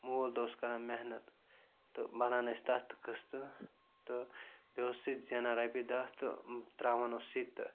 مول تہٕ اوس کَران محنت تہٕ بَران ٲسۍ تَتھ قٕسطہٕ تہٕ بیٚیہِ اوس سُہ تہِ زینان رۄپیہِ دَہ تہٕ ترٛاوان اوس سُہ تہٕ